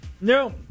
No